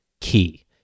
key